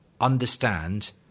understand